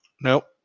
Nope